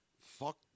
Fuck